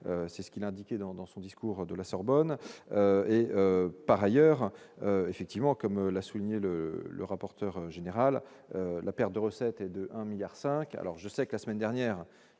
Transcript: c'est ce qu'il a indiqué dans dans son discours de la Sorbonne, et par ailleurs effectivement comme l'a souligné le le rapporteur général, la perte de recettes et de un milliard 5 alors je sais que la semaine dernière